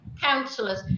councillors